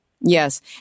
Yes